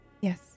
Yes